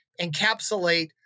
encapsulate